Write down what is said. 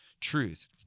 truth